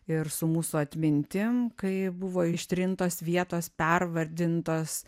ir su mūsų atmintim kai buvo ištrintos vietos pervardintos